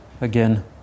Again